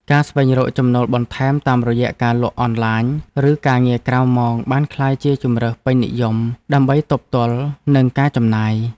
ការស្វែងរកចំណូលបន្ថែមតាមរយៈការលក់ដូរអនឡាញ ឬការងារក្រៅម៉ោងបានក្លាយជាជម្រើសពេញនិយមដើម្បីទប់ទល់នឹងការចំណាយ។